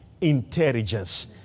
intelligence